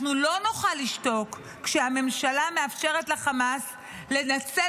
אנחנו לא נוכל לשתוק כשהממשלה מאפשרת לחמאס לנצל